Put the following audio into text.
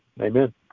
Amen